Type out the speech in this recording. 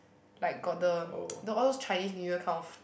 like got the all those Chinese New Year kind of